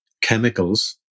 chemicals